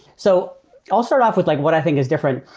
so i'll start off with like what i think is different.